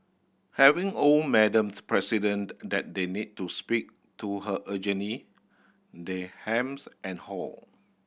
having old Madams President that they need to speak to her urgently they hems and haw